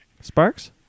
Sparks